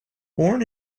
born